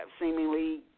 seemingly